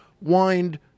wind